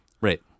Right